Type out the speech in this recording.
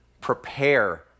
prepare